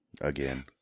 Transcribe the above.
again